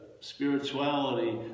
spirituality